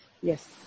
Yes